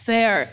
Fair